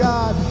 God